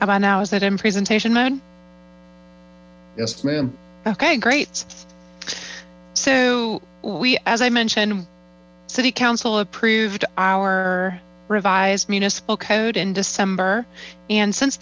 how about now is that in presentation yes ma'am ok great so we as i mentioned city council approved our revised municipal code in december an